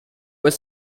were